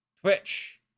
Twitch